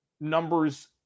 numbers